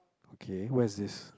okay where is this